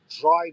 drive